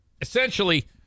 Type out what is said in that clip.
Essentially